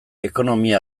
ekonomia